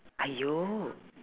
!aiyo!